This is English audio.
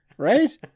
Right